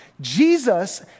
Jesus